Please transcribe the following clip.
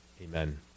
Amen